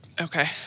Okay